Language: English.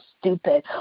stupid